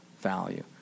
value